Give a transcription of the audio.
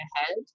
ahead